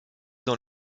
dans